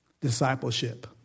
Discipleship